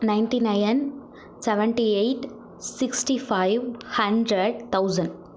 ninety nine seventy eight sixty five hundred thousand